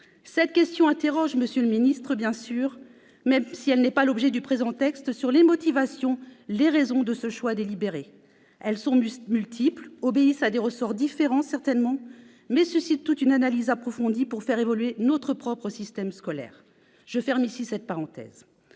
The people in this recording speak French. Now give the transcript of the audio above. cette question interpelle, bien sûr, même si elle n'est pas l'objet du présent texte, quant aux motivations, quant aux raisons de ce choix délibéré. Elles sont multiples, obéissent certainement à des ressorts différents, mais suscitent toutes une analyse approfondie pour faire évoluer notre propre système scolaire. Je ferme ici cette parenthèse,